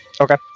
Okay